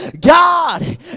God